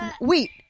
Wait